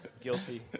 Guilty